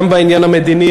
גם בעניין המדיני,